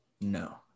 No